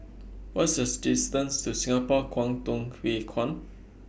What's The distance to Singapore Kwangtung Hui Kuan